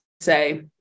say